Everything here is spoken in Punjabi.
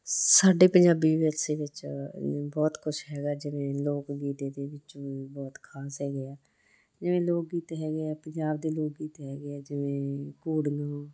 ਸਾਡੇ ਪੰਜਾਬੀ ਵਿਰਸੇ ਵਿੱਚ ਬਹੁਤ ਕੁਝ ਹੈਗਾ ਜਿਵੇਂ ਲੋਕ ਗੀਤ ਇਹਦੇ ਵਿੱਚੋਂ ਵੀ ਬਹੁਤ ਖ਼ਾਸ ਹੈਗੇ ਹੈ ਜਿਵੇਂ ਲੋਕ ਗੀਤ ਹੈਗੇ ਹੈ ਪੰਜਾਬ ਦੇ ਲੋਕ ਗੀਤ ਹੈਗੇ ਆ ਜਿਵੇਂ ਘੋੜੀਆਂ